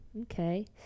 Okay